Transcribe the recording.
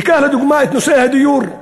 ניקח לדוגמה את נושא הדיור.